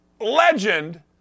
legend